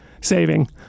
saving